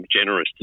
generous